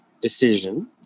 decision